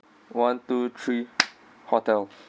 one two three hotel